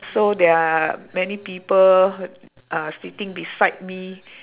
so there are many people uh sitting beside me